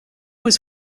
was